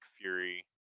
Fury